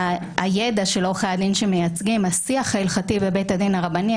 והוא נושא הידע של עורכי הדין שמייצגים והשיח ההלכתי בבית הדין הרבני.